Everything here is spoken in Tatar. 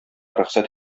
рөхсәт